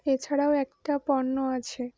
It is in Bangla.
এছাড়াও একটা পণ্য আছে